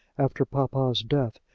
after papa's death,